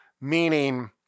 meaning